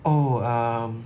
oh um